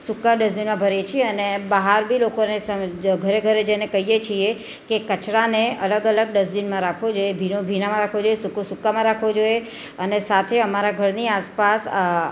સૂકા ડસ્ટબિનમાં ભરીએ છીએ અને બહાર બી લોકોને ઘરે ઘરે જઈને કહીએ છીએ કે કચરાને અલગ અલગ ડસ્ટબિનમાં રાખવો જોઈએ ભીનો ભીનામાં રખવો જોઈએ સૂકો સુકામાં રાખવો જોઈએ અને સાથે અમારા ઘરની આસપાસ